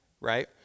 right